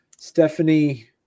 Stephanie